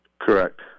Correct